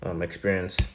experience